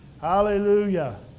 Hallelujah